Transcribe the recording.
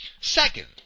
Second